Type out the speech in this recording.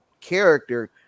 character